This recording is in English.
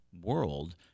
world